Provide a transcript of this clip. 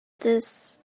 this